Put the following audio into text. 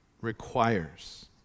requires